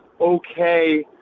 okay